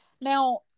Now